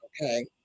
okay